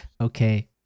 okay